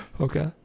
Okay